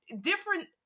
different